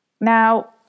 Now